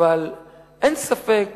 אבל אין ספק